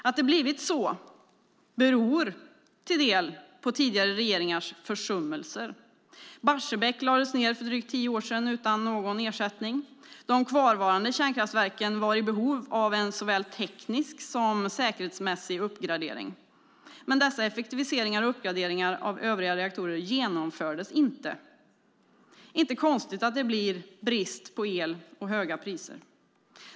Att det har blivit så beror till del på tidigare regeringars försummelser. Barsebäck lades ned för drygt tio år sedan utan någon ersättning. De kvarvarande kärnkraftverken var i behov av såväl en teknisk som säkerhetsmässig uppgradering. Men dessa effektiviseringar och uppgraderingar av övriga reaktorer genomfördes inte. Då är det inte konstigt att det blir höga priser och brist på el.